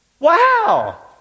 Wow